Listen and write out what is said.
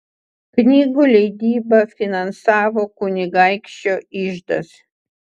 knygų leidybą finansavo kunigaikščio iždas